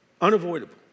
Unavoidable